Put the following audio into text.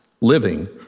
living